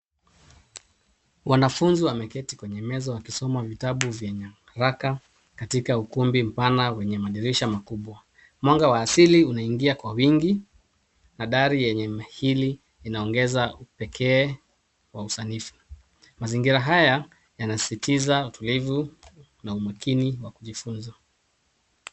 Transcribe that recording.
Wanafunzi wameketi kwenye meza wakisoma vitabu vyenye haraka katika ukumbi mpana wenye madirisha makubwa. Mwanga wa asili unaingia kwa wingi na dari yenye hili inaongeza upekee wa usanifu. Mazingira haya yanasisitiza utulivu na umakini wa kujifunza.